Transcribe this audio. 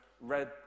read